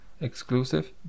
exclusive